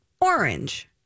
Orange